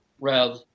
Rev